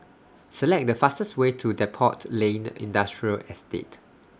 Select The fastest Way to Depot Lane Industrial Estate